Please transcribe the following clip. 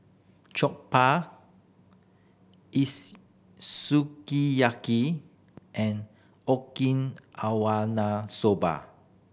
Jokbal Sukiyaki and soba